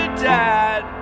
dad